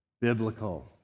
biblical